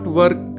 work